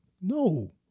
No